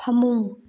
ꯐꯃꯨꯡ